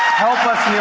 help us